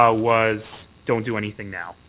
ah was don't do anything now.